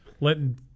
letting